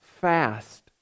fast